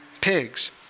pigs